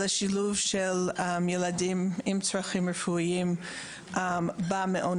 שילוב ילדים עם צרכים רפואיים במעונות.